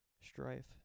strife